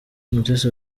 mutesi